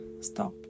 stop